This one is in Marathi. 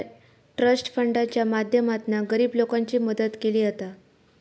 ट्रस्ट फंडाच्या माध्यमातना गरीब लोकांची मदत केली जाता